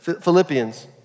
Philippians